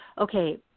okay